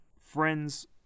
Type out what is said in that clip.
friends